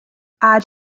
add